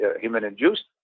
human-induced